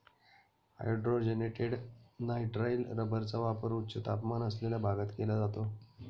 hydrogenated nitrile रबरचा वापर उच्च तापमान असलेल्या भागात केला जातो